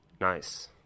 nice